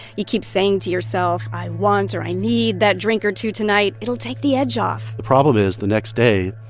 you keep saying to yourself i want or i need that drink or two tonight it'll take the edge off the problem is, the next day,